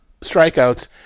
strikeouts